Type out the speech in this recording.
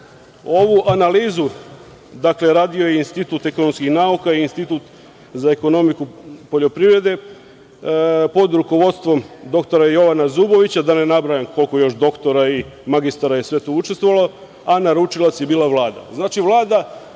analizu radio je Institut ekonomskih nauka i Institut za ekonomiku poljoprivrede, pod rukovodstvom dr Jovana Zubovića, da ne nabrajam koliko još doktora i magistara je tu učestvovalo, a naručilac je bila Vlada.